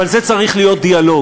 אבל זה צריך להיות דיאלוג.